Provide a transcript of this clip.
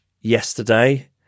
yesterday